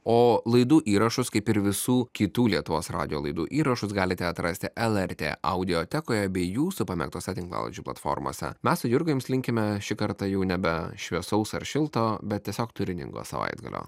o laidų įrašus kaip ir visų kitų lietuvos radijo laidų įrašus galite atrasti el er tė audiotekoje bei jūsų pamėgtose tinklalaidžių platformose mes su jurga jums linkime šį kartą jau nebe šviesaus ar šilto bet tiesiog turiningo savaitgalio